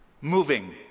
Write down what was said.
moving